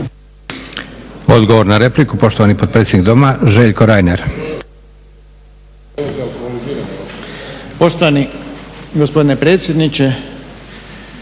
Odgovor na repliku, poštovani potpredsjednik doma Željko Reiner.